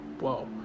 whoa